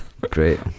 Great